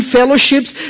fellowships